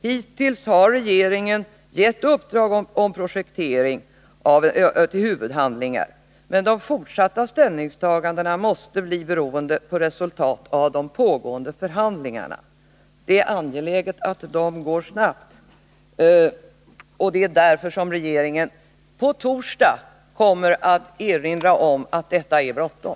Hittills har regeringen givit uppdrag om projektering i huvudhandlingar, men de fortsatta ställningstagandena måste bli beroende av resultaten av de pågående förhandlingarna. Det är angeläget att de går snabbt, och det är därför som regeringen på torsdag kommer att erinra om att det är bråttom.